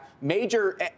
major